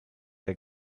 they